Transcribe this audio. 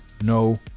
no